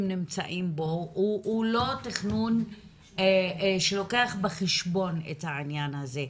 נמצאים בו הוא לא תכנון שלוקח בחשבון את העניין הזה.